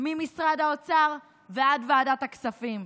ממשרד האוצר ועד ועדת הכספים.